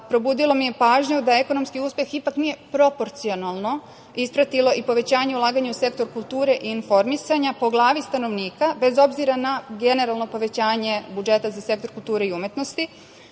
probudilo mi je pažnju da ekonomski uspeh ipak nije proporcionalno ispratilo i povećanje ulaganja u sektor kulture i informisanja po glavi stanovnika, bez obzira na generalno povećanje budžeta za sektor kulture i umetnosti. Smatram